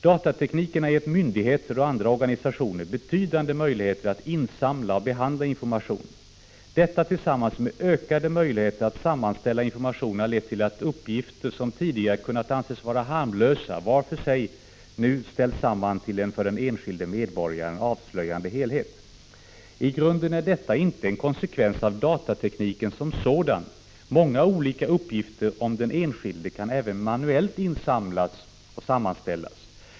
Datatekniken har gett myndigheter och andra organisationer betydande möjligheter att insamla och behandla information. Detta tillsammans med ökade möjligheter att sammanställa information har lett till att uppgifter som tidigare kunnat anses vara harmlösa var för sig, nu ställs samman till en för den enskilde medborgaren avslöjande helhet. I grunden är detta inte en konsekvens av datatekniken som sådan. Många olika uppgifter om den enskilde kan även manuellt insamlas och sammanställas.